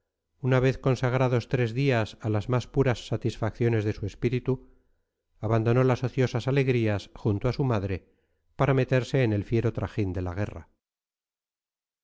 una vez consagrados tres días a las más puras satisfacciones de su espíritu abandonó las ociosas alegrías junto a su madre para meterse en el fiero trajín de la guerra